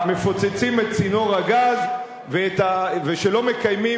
שמפוצצים את צינור הגז ושלא מקיימים